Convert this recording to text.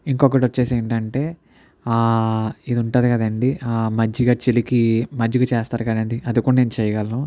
ఇంకొకటి వచ్చేసి ఏంటంటే ఇది ఉంటుంది కదా అండి మజ్జిగ చిలికి మజ్జిగ చేస్తారు కదా అండి అది కూడా నేను చేయగలను